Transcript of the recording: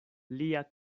lia